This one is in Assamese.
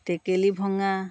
টেকেলী ভঙা